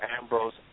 Ambrose